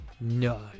no